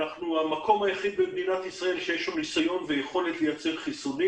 אנחנו המקום היחיד במדינת ישראל שיש לו ניסיון ויכולת לייצר חיסונים.